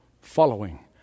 following